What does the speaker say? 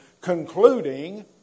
concluding